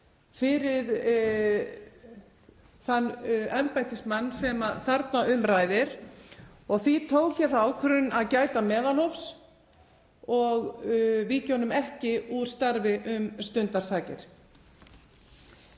fyrir þann embættismann sem þarna um ræðir og því tók ég þá ákvörðun að gæta meðalhófs og víkja honum ekki úr starfi um stundarsakir.